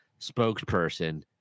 spokesperson